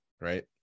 right